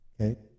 okay